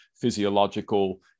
physiological